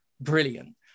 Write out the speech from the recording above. brilliant